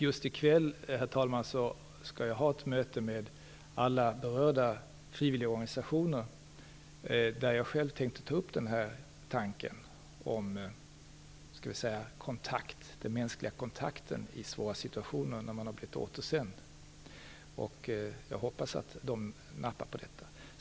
Just i kväll skall jag ha ett möte med alla berörda frivilligorganisationer då jag tänkte ta upp tanken om den mänskliga kontakten i den svåra situationen när man har blivit återsänd. Jag hoppas att de nappar på detta.